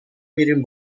میریم